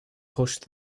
pushed